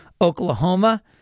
Oklahoma